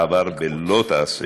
עבר בלא תעשה,